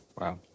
Wow